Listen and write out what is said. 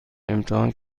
امتحان